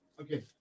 Okay